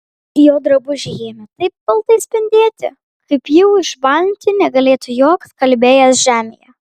jo drabužiai ėmė taip baltai spindėti kaip jų išbalinti negalėtų joks skalbėjas žemėje